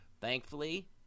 Thankfully